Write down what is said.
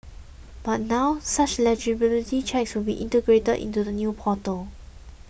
but now such eligibility checks would be integrated into the new portal